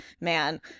man